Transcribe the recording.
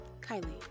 Kylie